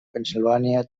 pennsilvània